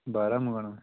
बाह्रा मंगोआना में